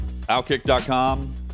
outkick.com